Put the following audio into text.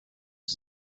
you